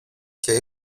και